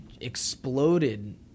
exploded